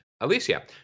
Alicia